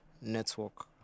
network